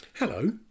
Hello